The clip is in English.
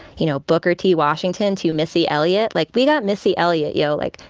you know, booker t. washington to missy elliott. like, we got missy elliott, yo. like,